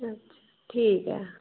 हां ठीक ऐ